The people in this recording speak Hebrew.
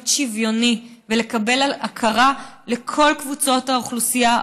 שוויוני ולקבל אליו הכרה בכל קבוצות האוכלוסייה,